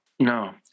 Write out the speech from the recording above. No